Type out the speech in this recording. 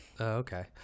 okay